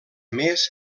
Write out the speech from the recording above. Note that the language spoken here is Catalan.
més